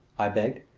i begged,